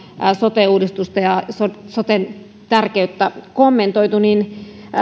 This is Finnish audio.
sote uudistusta ja soten tärkeyttä kommentoitu ja